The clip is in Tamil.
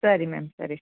சரி மேம் சரி